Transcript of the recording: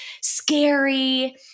scary